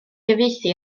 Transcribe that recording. gyfieithu